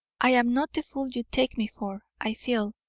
i am not the fool you take me for. i feel,